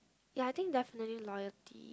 ya I think definitely loyalty